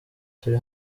turi